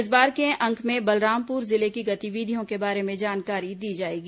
इस बार के अंक में बलरामपुर जिले की गतिविधियों के बारे में जानकारी दी जाएगी